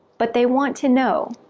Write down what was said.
but they want to know.